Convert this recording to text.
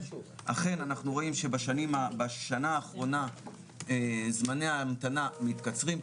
אכן אנחנו רואים שבשנה האחרונה זמני ההמתנה מתקצרים,